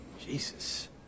Jesus